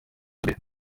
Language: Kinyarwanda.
djabel